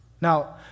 Now